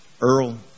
Earl